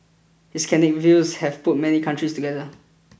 his candid views have put many countries together